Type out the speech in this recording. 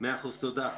תודה.